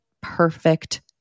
perfect